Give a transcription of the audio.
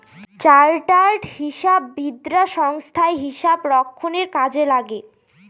chartered হিসাববিদরা সংস্থায় হিসাব রক্ষণের কাজে থাকে